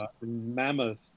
mammoth